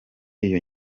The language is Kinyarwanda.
iyo